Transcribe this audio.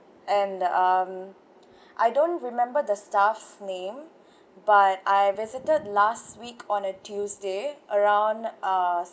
and um I don't remember the staff's name but I visited last week on a tuesday around uh